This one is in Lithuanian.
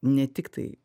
ne tik tai